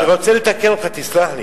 אני רוצה לתקן אותך, תסלח לי.